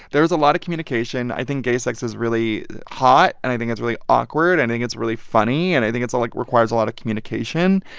there's a lot of communication. i think gay sex is really hot. and i think it's really awkward. and i think it's really funny. and i think it's a like, requires a lot of communication.